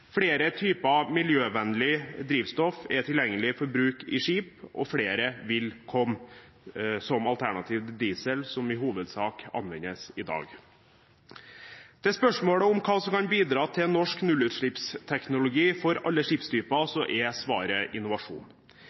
Flere typer miljøvennlig drivstoff er tilgjengelig for bruk i skip, og flere vil komme som alternativ til diesel, som i hovedsak anvendes i dag. Til spørsmålet om hva som kan bidra til norsk nullutslippsteknologi for alle skipstyper, er svaret innovasjon.